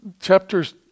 chapters